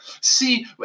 See